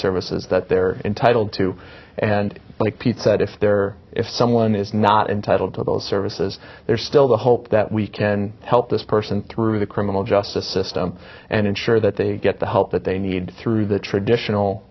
services that they're entitled to and like pete said if there if someone is not entitled to those services there's still the hope that we can help person through the criminal justice system and ensure that they get the help that they need through the traditional